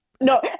No